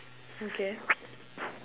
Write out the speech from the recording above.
okay